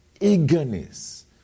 Eagerness